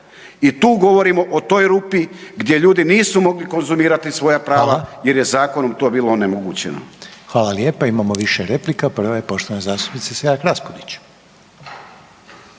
i tu govorimo o toj rupi gdje ljudi nisu mogli konzumirati svoja prava jer je zakonom to bilo onemogućeno. **Reiner, Željko (HDZ)** Hvala lijepa. Imamo više replika. Prva je poštovane zastupnice Selak Raspudić.